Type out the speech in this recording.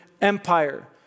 Empire